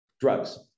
drugs